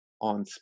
on